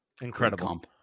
Incredible